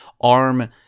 Arm